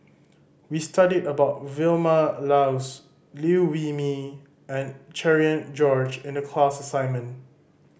we studied about Vilma Laus Liew Wee Mee and Cherian George in the class assignment